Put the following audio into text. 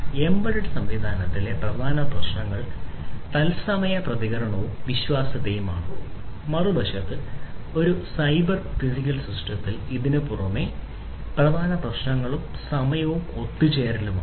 embedded സംവിധാനത്തിൽ പ്രധാന പ്രശ്നങ്ങൾ തത്സമയ പ്രതികരണവും വിശ്വാസ്യതയുമാണ് മറുവശത്ത് ഒരു സൈബർ ഫിസിക്കൽ സിസ്റ്റത്തിൽ ഇതിന് പുറമേ പ്രധാന പ്രശ്നങ്ങളും സമയവും ഒത്തുചേരലുമാണ്